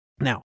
Now